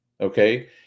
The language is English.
okay